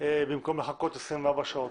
במקום לחכות 24 שעות.